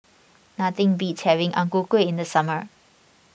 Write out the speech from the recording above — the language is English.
nothing beats having Ang Ku Kueh in the summer